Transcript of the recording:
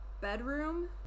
bedroom